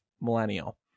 Millennial